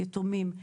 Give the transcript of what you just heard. יתומים,